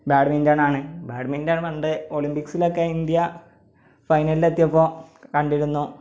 ബാഡ്മിന്റനാണ് badminton പണ്ട് ഒളിമ്പിക്സിലൊക്കെ India ഫൈനലിൽ എത്തിയപ്പോൾ കണ്ടിരുന്നു